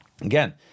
Again